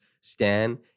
Stan